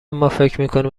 مافکرمیکنیم